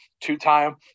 two-time